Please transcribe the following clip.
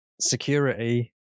security